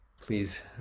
please